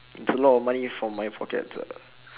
it's a lot of money for my pockets ah